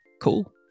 Cool